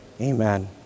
Amen